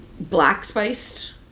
black-spiced